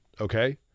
Okay